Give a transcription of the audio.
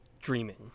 dreaming